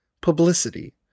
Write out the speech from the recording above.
Publicity